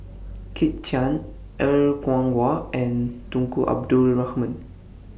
Kit Chan Er Kwong Wah and Tunku Abdul Rahman